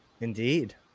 indeed